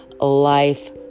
Life